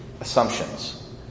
assumptions